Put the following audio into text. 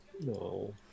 No